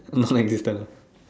non existent